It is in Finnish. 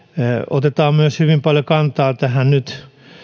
otetaan myös hyvin paljon kantaa tähän nyt